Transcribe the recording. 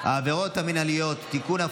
העבירות המינהליות (תיקון,